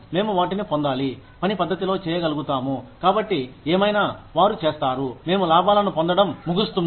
మేము వాటిని పొందాలి పని పద్ధతిలో చేయగలుగుతాము కాబట్టి ఏమైనా వారు చేస్తారు మేము లాభాలను పొందడం ముగుస్తుంది